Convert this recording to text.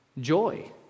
joy